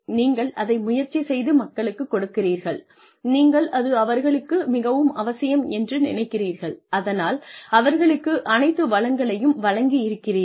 நீங்கள் அதை முயற்சி செய்து மக்களுக்கு கொடுக்கிறீர்கள் நீங்கள் அது அவர்களுக்கு மிகவும் அவசியம் என்று நினைக்கிறீர்கள் அதனால் அவர்களுக்கு அனைத்து வளங்களையும் வழங்கி இருக்கிறீர்கள்